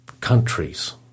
countries